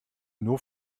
nur